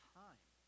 time